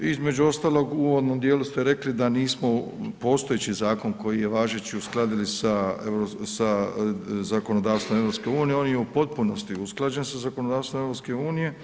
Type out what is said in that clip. Između ostalog, u uvodnom dijelu ste rekli da nismo postojeći zakon koji je važeći uskladili sa zakonodavstvom EU, on je u potpunosti usklađen sa zakonodavstvom EU.